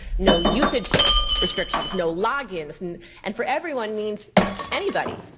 no usage restrictions, no log-ins and and for everyone means anybody.